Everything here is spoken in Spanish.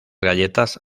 galletas